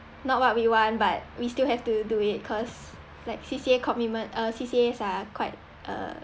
not what we want but we still have to do it cause like C_C_A commitment uh C_C_As are quite a